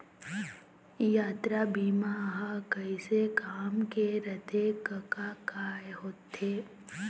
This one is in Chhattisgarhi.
यातरा बीमा ह कइसे काम के रथे कका काय होथे?